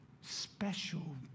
special